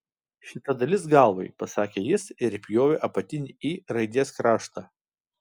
šita dalis galvai pasakė jis ir įpjovė apatinį y raidės kraštą